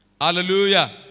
Hallelujah